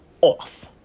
off